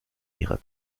ihrer